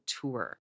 tour